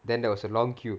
then there was a long queue